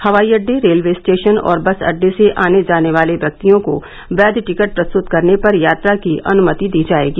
हवाई अड्डे railway station और बस अड्डे से आने जाने वाले व्यक्तियों को वैध टिकट प्रस्तुत करने पर यात्रा की अनुमति दी जाएगी